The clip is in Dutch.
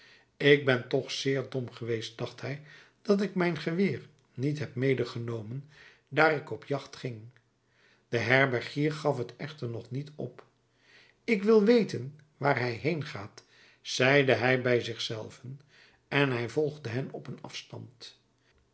ik ben toch zeer dom geweest dacht hij dat ik mijn geweer niet heb medegenomen daar ik op de jacht ging de herbergier gaf t echter nog niet op ik wil weten waar hij heen gaat zeide hij bij zich zelven en hij volgde hen op een afstand